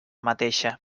mateixa